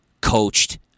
coached